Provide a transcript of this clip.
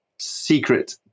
Secret